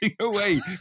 away